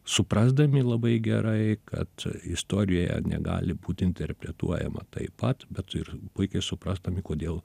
suprasdami labai gerai kad istorija negali būti interpretuojama taip pat bet ir puikiai suprasdami kodėl